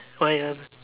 why ah